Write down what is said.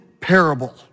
parable